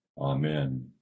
Amen